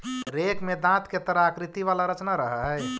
rake में दाँत के तरह आकृति वाला रचना रहऽ हई